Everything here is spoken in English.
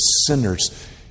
sinners